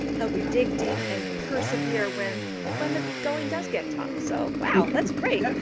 help you dig deep and persevere when when the going does get tough. so wow, that's great.